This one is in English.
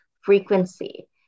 frequency